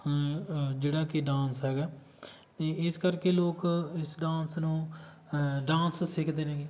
ਜਿਹੜਾ ਕਿ ਡਾਂਸ ਹੈਗਾ ਅਤੇ ਇਸ ਕਰਕੇ ਲੋਕ ਇਸ ਡਾਂਸ ਨੂੰ ਡਾਂਸ ਸਿੱਖਦੇ ਨੇਗੇ